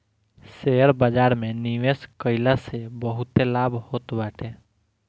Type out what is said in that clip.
share बाजार में निवेश कईला से बहुते लाभ होत बाटे